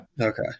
Okay